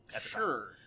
Sure